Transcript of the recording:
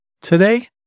Today